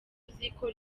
uziko